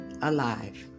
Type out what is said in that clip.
alive